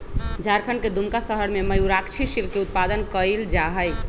झारखंड के दुमका शहर में मयूराक्षी सिल्क के उत्पादन कइल जाहई